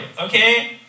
okay